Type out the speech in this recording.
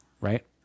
right